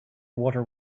water